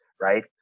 right